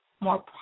more